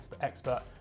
expert